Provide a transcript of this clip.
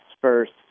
first